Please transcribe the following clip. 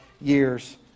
years